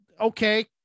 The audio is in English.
Okay